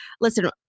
listen